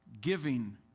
giving